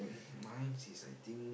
my sees I think